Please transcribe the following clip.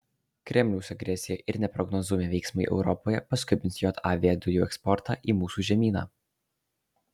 kremliaus agresija ir neprognozuojami veiksmai europoje paskubins jav dujų eksportą į mūsų žemyną